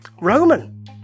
Roman